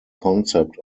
concept